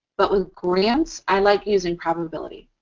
but with grants, i like using probability.